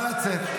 הוא הצביע?